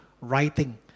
writing